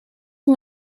one